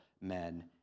men